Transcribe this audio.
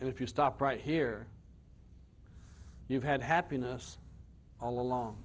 and if you stop right here you've had happiness all along